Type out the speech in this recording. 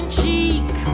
cheek